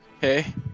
Hey